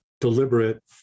deliberate